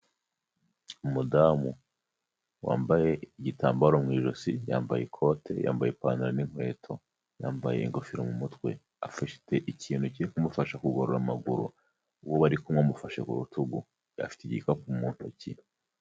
Umudamu wambaye igitambaro mu ijosi, yambaye ikote, yambaye ipantaro n'inkweto, yambaye ingofero mu mutwe, afashe ikintu kiri kumufasha kugorora amaguru, uwo bari kumwe amufasha ku rutugu, afite igikapu mu ntoki.